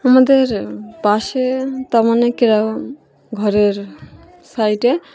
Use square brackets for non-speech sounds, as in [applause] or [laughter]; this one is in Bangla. আমাদের পাশে তার মানে [unintelligible] রকম ঘরের সাইডে